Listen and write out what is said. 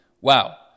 Wow